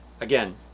Again